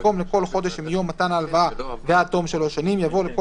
במקום "לכל חודש שמיום מתן ההלוואה ועד תום שלוש שנים" יבוא "לכל